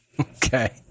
Okay